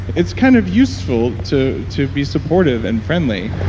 it's kind of useful to to be supportive and friendly.